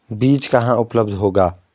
बीज कहाँ उपलब्ध होगा?